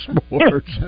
sports